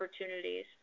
opportunities